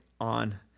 on